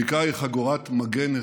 הבקעה היא חגורת מגן הכרחית,